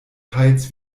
teils